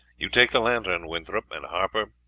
you take the lantern, winthorpe, and harper,